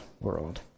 world